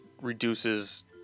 reduces